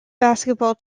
basketball